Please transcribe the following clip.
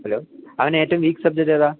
hello അവന് ഏറ്റവും weak subject ഏതാണ്